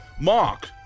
Mark